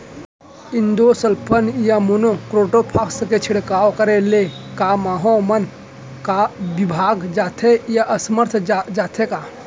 Endosulfan या monocrotophos के छिड़काव करे ले क माहो मन का विभाग जाथे या असमर्थ जाथे का?